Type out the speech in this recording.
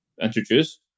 introduce